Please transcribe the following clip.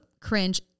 cringe